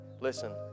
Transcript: Listen